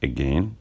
Again